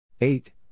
eight